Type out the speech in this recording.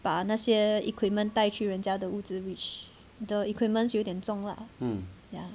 把那些 equipment 带去人家的屋子 which the equipments 有点重了 ya